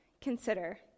consider